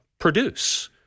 Produce